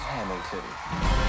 Hamilton